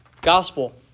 gospel